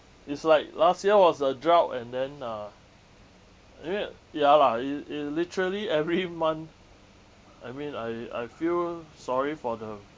it's like last year was a drought and then uh I mean ya lah it it literally every month I mean I I feel sorry for the